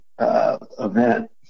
event